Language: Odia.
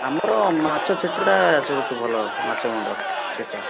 ଆମର ମାଛ ଛେଛେଡ଼ା ସବୁଠୁ ଭଲ ମାଛ ମୁଣ୍ଡ ଛେଛେଡ଼ା